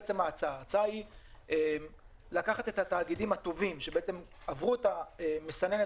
ההצעה היא לקחת את התאגידים הטובים שעברו את מסננת